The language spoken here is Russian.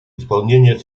исполнения